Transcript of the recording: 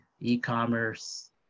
e-commerce